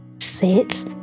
Sit